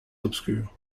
obscure